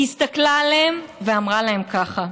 היא הסתכלה עליהם ואמרה להם ככה: